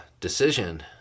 decision